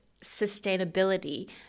sustainability